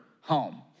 home